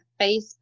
facebook